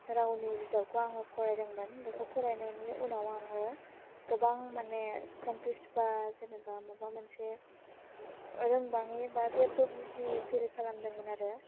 रावनि बिजाबखौ आङो फरायदोंमोन बेखौ फरायनायनि उनाव आङो गोबां मानि कनफिउस बा जेनेबा माबा मोनसे रोंबाङै बा जेबो बुजियै फिल खालामदोंमोन आरो